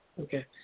Okay